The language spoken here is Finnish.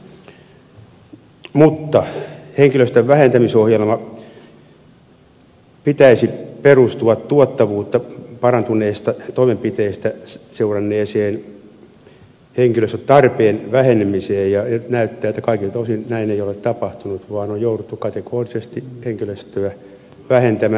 mutta henkilöstön vähentämisohjelman pitäisi perustua tuottavuutta parantaneista toimenpiteistä seuranneeseen henkilöstötarpeen vähenemiseen ja nyt näyttää että kaikilta osin näin ei ole tapahtunut vaan on jouduttu kategorisesti henkilöstöä vähentämään